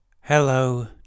Hello